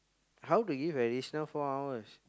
how to give additional four hours